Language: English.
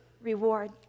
reward